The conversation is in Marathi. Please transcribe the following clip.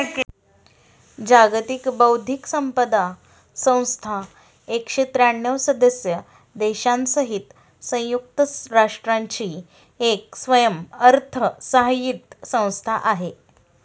जागतिक बौद्धिक संपदा संस्था एकशे त्र्यांणव सदस्य देशांसहित संयुक्त राष्ट्रांची एक स्वयंअर्थसहाय्यित संस्था आहे